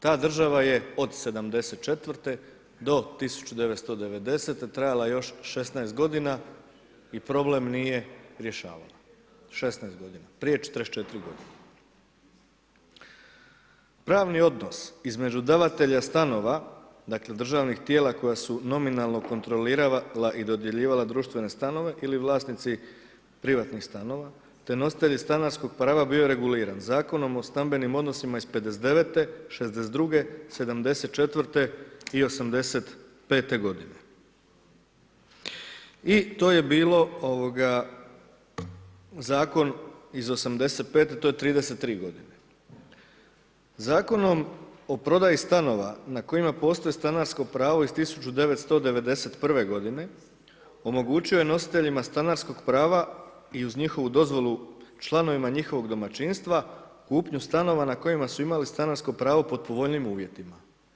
Ta država je od '74. do 1990. trajala još 16 g. i problem nije rješavan, 16 g. prije 44 g. Pravni odnos između davatelja stanova, dakle, državnih tijela koja su nominalno kontrolirala i dodjeljivala društvene stanove ili vlasnici privatnih stanova, te nositelj stanarskog prava bio je reguliran Zakonom o stambenim odnosima iz '59., '62., '74. i '85. g. I to je bilo Zakon iz '85. to je 33 g. Zakonom o prodaji stanova, na kojima postoji stanarsko pravo iz 1991.g. omogućio je nositeljima stanarskog prava i uz njihovu dozvolu, članovima njihovog domaćinstva kupnju stanova na kojima su imali stanarsko pravo pod povoljnijim uvjetima.